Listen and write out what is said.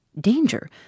Danger